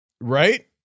Right